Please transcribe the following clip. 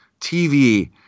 TV